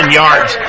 yards